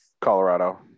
Colorado